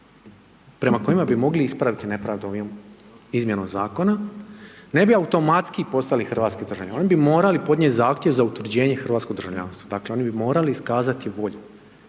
prema kojima bi mogli ispraviti nepravdu ovom izmjenom zakona, ne bi automatski poslali hrvatski državljani, oni bi morali podnijeti zahtjev za utvrđenje hrvatskog državljanstva, dakle oni bi morali iskazati volju.